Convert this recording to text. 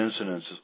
incidents